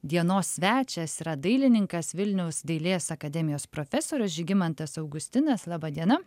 dienos svečias yra dailininkas vilniaus dailės akademijos profesorius žygimantas augustinas laba diena